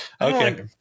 okay